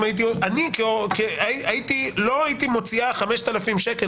אם חד-הורית תגיד, לא הייתי מוציאה 5,000 שקל